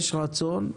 יש רצון,